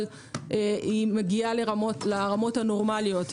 אבל היא מגיעה לרמות הנורמליות.